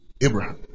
Abraham